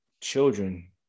children